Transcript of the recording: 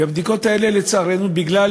הבדיקות האלה, לצערנו, בגלל